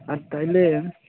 ᱟᱨ ᱛᱟᱦᱚᱞᱮ